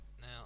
Now